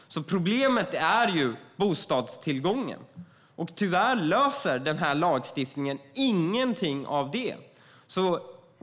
Problemet är bostadstillgången. Tyvärr löser den här lagstiftningen ingenting av det.